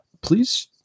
Please